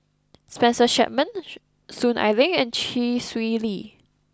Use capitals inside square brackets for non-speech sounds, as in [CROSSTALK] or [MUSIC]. Spencer Chapman [NOISE] Soon Ai Ling and Chee Swee Lee